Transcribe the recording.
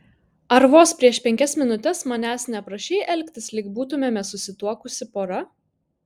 ar vos prieš penkias minutes manęs neprašei elgtis lyg būtumėme susituokusi pora